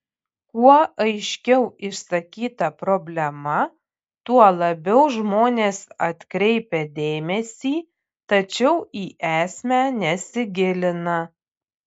kuo aiškiau išsakyta problema tuo labiau žmonės atkreipia dėmesį tačiau į esmę nesigilina